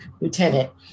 lieutenant